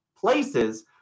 places